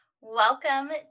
welcome